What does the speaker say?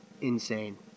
insane